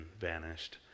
vanished